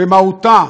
במהותה,